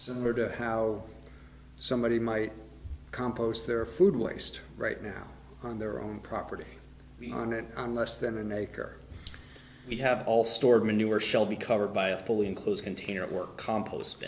similar to how somebody might compost their food waste right now on their own property on it on less than an acre we have all stored manure shall be covered by a fully enclosed container at work compost